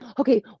okay